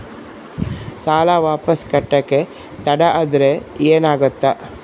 ಸಾಲ ವಾಪಸ್ ಕಟ್ಟಕ ತಡ ಆದ್ರ ಏನಾಗುತ್ತ?